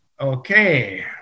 okay